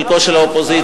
חלקה של האופוזיציה,